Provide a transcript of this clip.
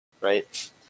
Right